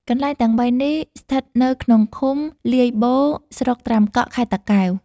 កន្លែងទាំងបីនេះ ស្ថិតនៅក្នុងឃុំ លាយបូរស្រុកត្រាំកក់ ខេត្តតាកែវ ។